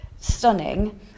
stunning